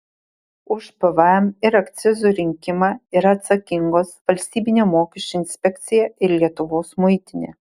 už pvm ir akcizų rinkimą yra atsakingos valstybinė mokesčių inspekcija ir lietuvos muitinė